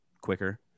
quicker